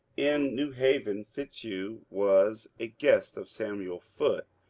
in new haven fitzhugh was a guest of samuel foote